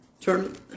turn